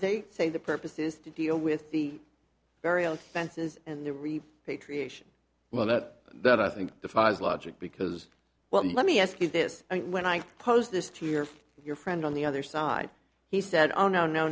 they say the purpose is to deal with the various fences and the repatriation well that that i think defies logic because well let me ask you this when i pose this to your your friend on the other side he said oh no no